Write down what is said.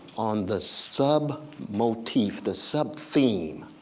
on the sub-motif, the sub-theme